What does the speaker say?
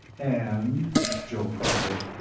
and joe prodded.